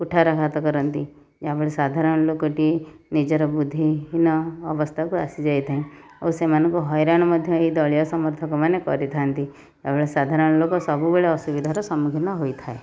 କୁଠାରଘାତ କରନ୍ତି ଯାହାଫଳରେ ସାଧାରଣ ଲୋକଟି ନିଜର ବୁଦ୍ଧିହୀନ ଅବସ୍ଥାକୁ ଆସିଯାଇଥାଏ ଓ ସେମାନଙ୍କୁ ହଇରାଣ ମଧ୍ୟ ଏହି ଦଳୀୟ ସମର୍ଥକମାନେ କରିଥାଆନ୍ତି ସାଧାରଣଲୋକ ସବୁବେଳେ ଅସୁବିଧାରେ ସମ୍ମୁଖୀନ ହୋଇଥାଏ